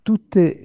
Tutte